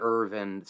Irvin